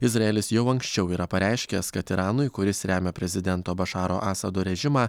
izraelis jau anksčiau yra pareiškęs kad iranui kuris remia prezidento bašaro asado režimą